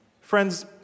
Friends